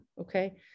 Okay